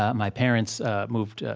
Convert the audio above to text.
ah my parents moved,